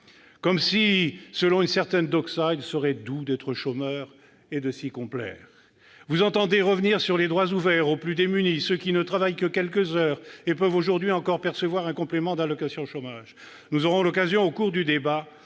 Comme si, selon une certaine doxa, il serait doux d'être chômeur et de s'y complaire. Vous entendez revenir sur les droits ouverts aux plus démunis, ceux qui ne travaillent que quelques heures et peuvent aujourd'hui encore percevoir un complément d'allocation chômage. Nous aurons l'occasion, au cours du débat,